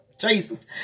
Jesus